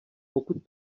pokud